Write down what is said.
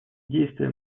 действия